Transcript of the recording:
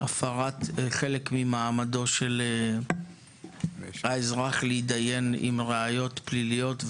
הפרת חלק ממעמדו של האזרח להתדיין עם ראיות פליליות,